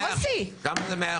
כמה זה?